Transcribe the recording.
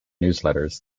newsletters